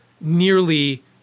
nearly